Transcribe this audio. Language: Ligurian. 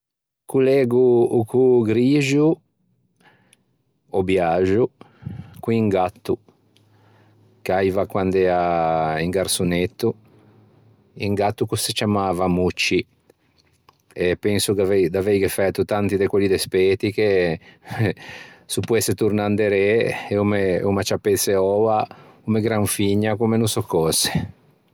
Collego o cô grixio ò biaxo con un gatto ch'aiva quande ea un garsonetto, un gatto ch'o se ciammava Mucc e penso d'aveighe fæto tanti de quelli despeti che s'o poesse tornâ inderê e o m'acciappesse oua o me granfigna comme no sò cöse.